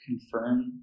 confirm